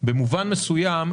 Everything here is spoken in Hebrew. במובן מסוים,